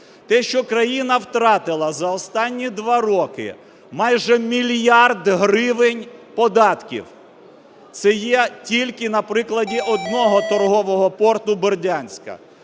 Те, що країна втратила за останні 2 роки майже мільярд гривень податків – це є тільки на прикладі одного торгового порту Бердянська.